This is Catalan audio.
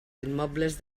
immobles